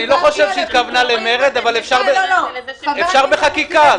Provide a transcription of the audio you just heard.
לא התכוונה למרד, אפשר בחקיקה.